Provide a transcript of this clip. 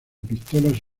pistolas